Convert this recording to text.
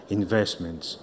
investments